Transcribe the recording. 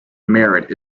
merit